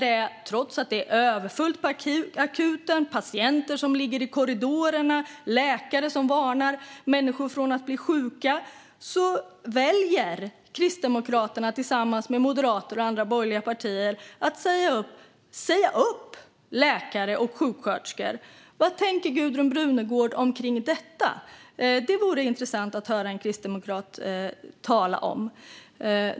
Trots att det är överfullt på akuten, trots att patienter ligger i korridoren och trots att läkare varnar människor för att bli sjuka väljer Kristdemokraterna tillsammans med Moderaterna och andra borgerliga partier att säga upp läkare och sjuksköterskor. Vad tänker Gudrun Brunegård om detta? Det vore det intressant att höra en kristdemokrat tala om.